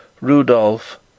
Rudolph